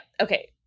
Okay